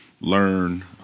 learn